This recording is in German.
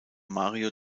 mario